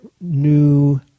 new